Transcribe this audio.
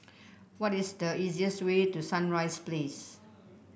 what is the easiest way to Sunrise Place